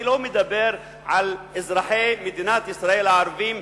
אני לא מדבר על אזרחי מדינת ישראל הערבים,